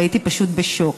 והייתי פשוט בשוק